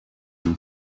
and